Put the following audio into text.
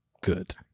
Good